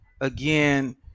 again